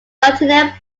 lieutenant